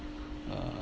uh